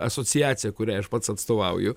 asociacija kuriai aš pats atstovauju